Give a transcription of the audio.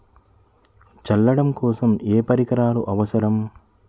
చల్లడం కోసం ఏ పరికరాలు అవసరం?